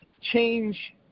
change